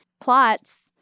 plots